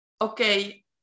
okay